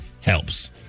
helps